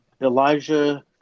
Elijah